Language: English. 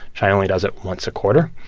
china only does it once a quarter.